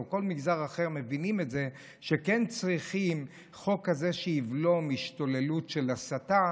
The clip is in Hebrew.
בכל מגזר אחר מבינים שכן צריכים חוק כזה שיבלום השתוללות של הסתה.